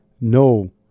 no